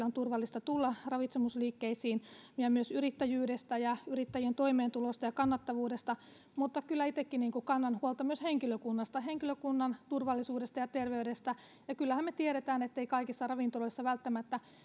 on turvallista tulla ravitsemusliikkeisiin ja myös yrittäjyydestä ja yrittäjien toimeentulosta ja kannattavuudesta mutta että kyllä itsekin kannan huolta myös henkilökunnasta henkilökunnan turvallisuudesta ja terveydestä ja kyllähän me tiedämme etteivät kaikissa ravintoloissa välttämättä